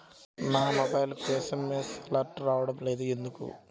నా మొబైల్కు SMS alerts రావడం లేదు ఎందుకు?